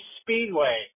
Speedway